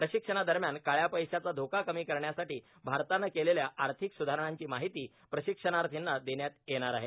प्रशिक्षणादरम्यान काळ्या पैशाचा धोका कमी करण्यासाठी भारतानं केलेल्या आर्थिक सुधारणांची माहिती प्रशिक्षणार्थींना देण्यात येणार आहे